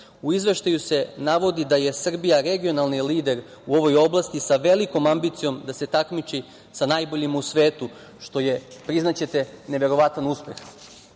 U izveštaju se navodi da je Srbija regionalni lider u ovoj oblasti sa velikom ambicijom da se takmiči sa najboljima u svetu, što je, priznaćete, neverovatan